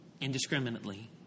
indiscriminately